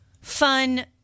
fun